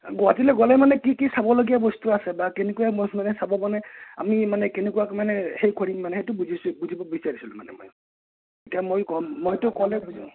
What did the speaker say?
গুৱাহাটীলে গ'লে মানে কি কি চাবলগীয়া বস্তু আছে বা কেনেকুৱা মই মানে চাব মানে আমি মানে কেনেকুৱা মানে সেই কৰিম মানে সেইটো বুজিব বিচাৰিছিলোঁ মানে মই এতিয়া মই গম মইতো ক'লে